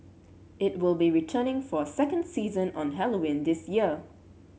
it will be returning for a second season on Halloween this year